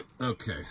Okay